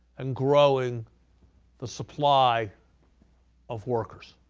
and growing the supply of workers.